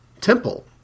temple